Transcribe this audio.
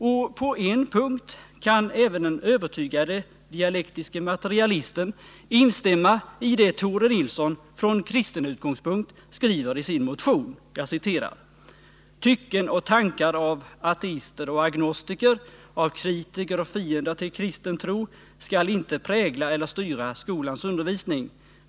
Och på en punkt kan även den övertygade dialektiske materialisten instämma i det Tore Nilsson från kristen utgångspunkt skriver i sin motion: ”Tycken och tankar av ateister och agnostiker, av kritiker och fiender till kristen tro skall inte prägla eller styra skolans undervisning.